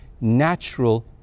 natural